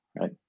Right